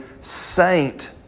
saint